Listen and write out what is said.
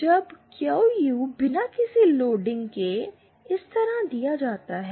जब Q U बिना किसी लोडिंग के इस तरह दिया जाता है